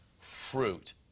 fruit